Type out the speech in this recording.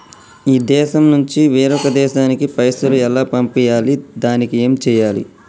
ఈ దేశం నుంచి వేరొక దేశానికి పైసలు ఎలా పంపియ్యాలి? దానికి ఏం చేయాలి?